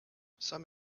some